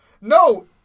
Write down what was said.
No